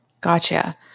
gotcha